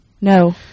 no